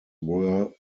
were